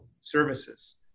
services